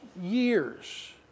years